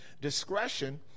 Discretion